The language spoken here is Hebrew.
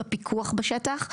בפיקוח בשטח,